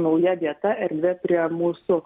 nauja vieta erdvė prie mūsų